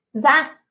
Zach